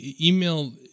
email